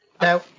Now